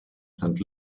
saint